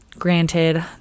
granted